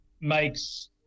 Makes